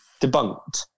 debunked